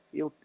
eu